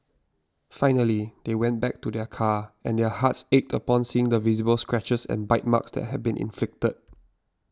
finally they went back to their car and their hearts ached upon seeing the visible scratches and bite marks that had been inflicted